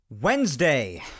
Wednesday